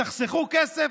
תחסכו כסף.